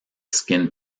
skin